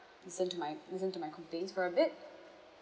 listen to my listen to my complaints for a bit